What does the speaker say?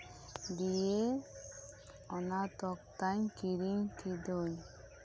ᱫᱤᱭᱮ ᱚᱱᱟ ᱛᱚᱠᱛᱟᱧ ᱠᱤᱨᱤᱧ ᱠᱤᱫᱟᱹᱧ